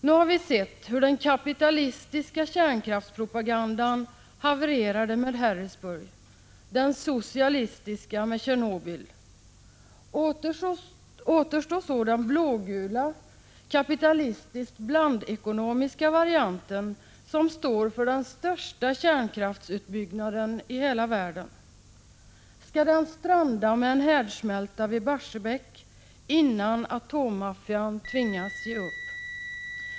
Nu har vi sett hur den kapitalistiska kärnkraftspropagandan havererade med Harrisburg, den socialistiska med Tjernobyl. Återstår så den blågula, kapitalistiskt blandekonomiska varianten, som står för den största kärnkraftsutbyggnaden i hela världen. Skall den stranda med en härdsmälta vid Barsebäck innan atommaffian tvingas ge upp?